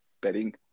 betting